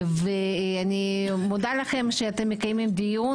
אני מודה לכם על כך שאתם מקיימים דיון